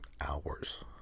hours